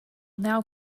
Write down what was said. now